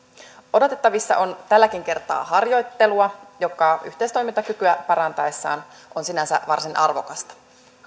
odotettavissa on tälläkin kertaa harjoittelua joka yhteistoimintakykyä parantaessaan on sinänsä varsin arvokasta